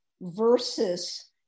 versus